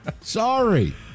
Sorry